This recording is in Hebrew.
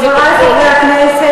חברי חברי הכנסת,